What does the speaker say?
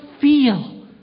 feel